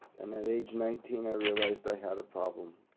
and at age nineteen i realized i had a problem.